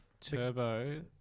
turbo